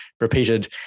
repeated